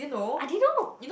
I didn't know